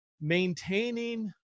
maintaining